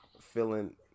Feeling